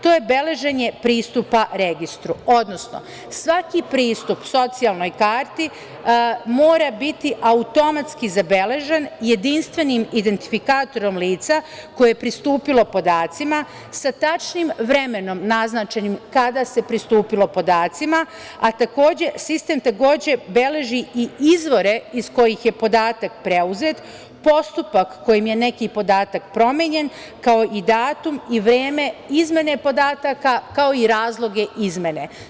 To je beleženje pristupa registru, odnosno, svaki pristup socijalnoj karti mora biti automatski zabeležen jedinstvenim identifikatorom lica koje je pristupilo podacima sa tačnim vremenom naznačenim kada se pristupilo podacima, a takođe sistem beleži i izvore iz kojih je podatak preuzet, postupak kojim je neki podatak promenjen, kao i datum i vreme izmene podataka, kao i razloge izmene.